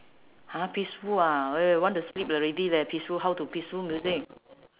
!huh! peaceful ah when we want to sleep already leh peaceful how to peaceful music